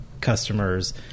customers